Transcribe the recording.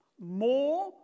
More